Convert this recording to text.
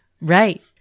Right